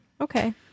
Okay